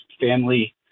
family